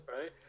right